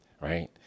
right